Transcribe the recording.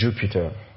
Jupiter